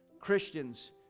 Christians